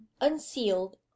unsealed